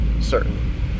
certain